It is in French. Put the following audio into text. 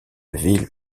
ville